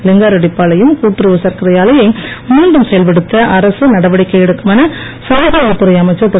லிங்காரெட்டிப்பாளையம் கூட்டுறவு சரக்கரை ஆலையை மீண்டும் செயல்படுத்த அரசு நடவடிக்கை எடுக்கும் என சமுக நலத்துறை அமைச்சர் திரு